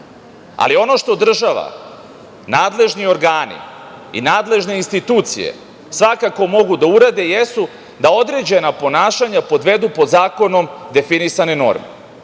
Ali, ono što država, nadležni organi i nadležne institucije svakako mogu da urade, jesu da određena ponašanja podvedu pod zakonom definisane norme.